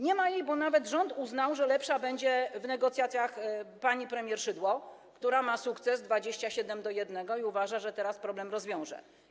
Nie ma jej, bo nawet rząd uznał, że lepsza będzie w negocjacjach pani premier Szydło, która odniosła sukces w postaci 27 do 1, i uważa, że teraz problem rozwiąże.